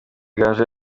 gaju